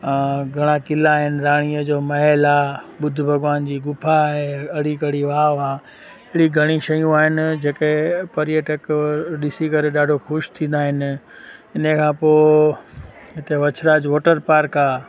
घणा क़िला आहिनि राणीअ जो महिल आहे बुद्ध भॻवान जी ग़ुफ़ा आहे अड़ी कड़ी वाव आहे अहिड़ी घणी शयूं आहिनि जेके पर्यटक ॾिसी करे ॾाढो ख़ुशि थींदा आहिनि हिनखां पोइ हिते वछराज वॉटर पार्क आहे